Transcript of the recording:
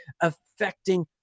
affecting